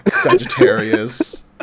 Sagittarius